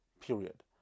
period